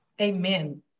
Amen